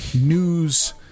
news